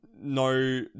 No